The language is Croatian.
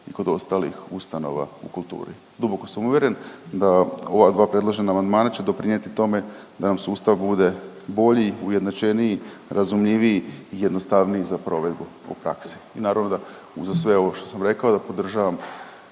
i kod ostalih ustanova u kulturi. Duboko sam uvjeren da ova dva predložena amandmana će doprinjeti tome da nam sustav bude bolji, ujednačeniji, razumljiviji i jednostavniji za provedbu u praksi i naravno da uza sve ovo što sam rekao da podržavam